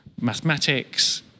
mathematics